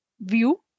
view